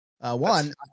one